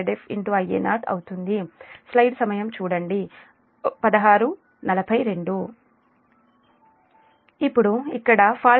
అంటే మీ 35 33 సమీకరణం నుండి Va1 Va2 మరియు సమీకరణం నుండి ఫాల్ట్ ఇంపెడెన్స్ 0 అంటే Va0 Va1 కాబట్టి Va1 Va2 Va అది ఒకటే అది సమాంతర కనెక్షన్ గా సూచిస్తుంది